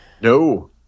No